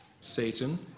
Satan